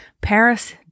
Paris